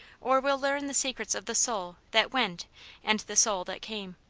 or will learn the secrets of the soul that went and the soul that came?